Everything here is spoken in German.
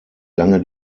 lange